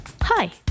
Hi